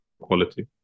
quality